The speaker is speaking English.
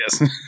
Yes